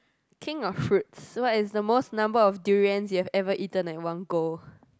king of fruits what is the most number of durians you have ever eaten at one goal